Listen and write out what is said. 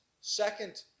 second